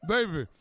Baby